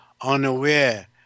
unaware